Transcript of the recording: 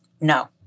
No